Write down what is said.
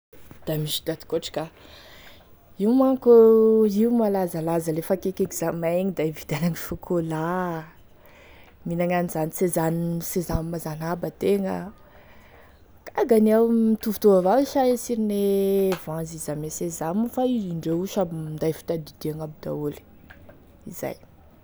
Da misy da atokotry ka, io manko io malazalaza lefa akaiky examen igny da ividianako chocolat, mihinagny an'izany sesan- sésame zany aby antegna, gaga an'iaho, mitovitovy avao e sha sirone voanjo izy ame sésame fa indreo io samy minday fitadidiana aby daholo zay.